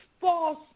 false